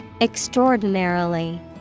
Extraordinarily